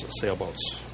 sailboats